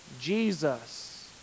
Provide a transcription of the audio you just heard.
Jesus